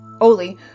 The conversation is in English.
Oli